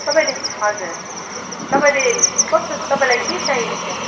तपाईँले हजुर तपाईँले कस्तो तपाईँलाई के चाहिएको छ